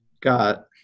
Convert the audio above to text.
got